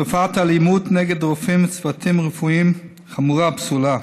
תופעת האלימות נגד רופאים וצוותים רפואיים חמורה ופסולה.